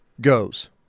goes